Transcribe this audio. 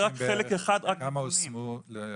כמה הושמו להערכתך?